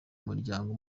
muryango